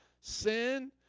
Sin